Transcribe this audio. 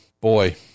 Boy